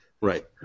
Right